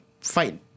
fight